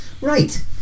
right